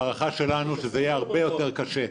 ההערכה שלנו היא שזה יהיה הרבה יותר קשה.